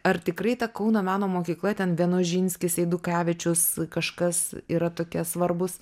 ar tikrai ta kauno meno mokykla ten vienožinskis eidukevičius kažkas yra tokie svarbūs